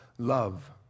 Love